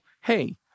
hey